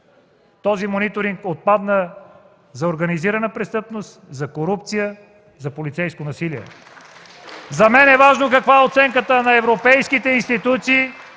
този мониторинг отпадна – за организирана престъпност, за корупция, за полицейско насилие. (Ръкопляскания от ГЕРБ.) За мен е важно каква е оценката на европейските институции,